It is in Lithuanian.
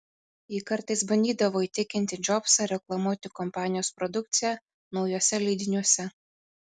ji kartais bandydavo įtikinti džobsą reklamuoti kompanijos produkciją naujuose leidiniuose